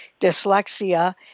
dyslexia